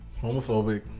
homophobic